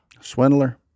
Swindler